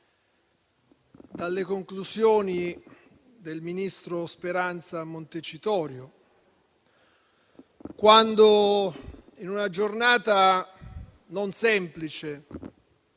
dalle conclusioni del ministro Speranza a Montecitorio, quando, in una giornata non semplice